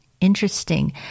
interesting